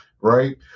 Right